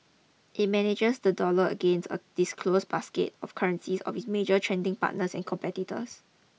it manages the dollar against a disclosed basket of currencies of its major trading partners and competitors